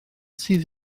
sydd